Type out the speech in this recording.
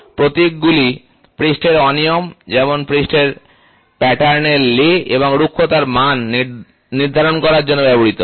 প্রতীকগুলি পৃষ্ঠের অনিয়ম যেমন পৃষ্ঠের প্যাটার্নের লে এবং রুক্ষতার মান নির্ধারণ করার জন্য ব্যবহৃত হয়